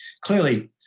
Clearly